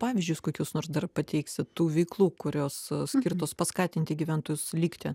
pavyzdžius kokius nors dar pateiksit tų veiklų kurios skirtos paskatinti gyventojus likti